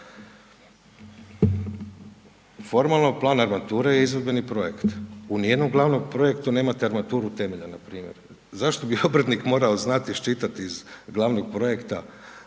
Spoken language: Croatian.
se ne razumije./… je izvedbeni projekt. U nijednom glavnom projektu nemate armaturu temelja, npr. Zašto bi obrtnik morao znati iščitati iz glavnog projekta,